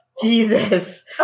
Jesus